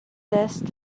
test